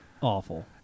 Awful